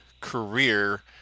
career